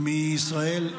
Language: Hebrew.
לישראל,